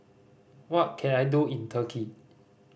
what can I do in Turkey